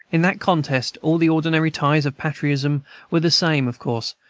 in that contest all the ordinary ties of patriotism were the same, of course,